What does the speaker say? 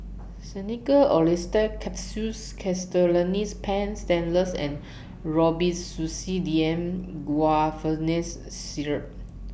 Xenical Orlistat Capsules Castellani's Paint Stainless and Robitussin D M Guaiphenesin Syrup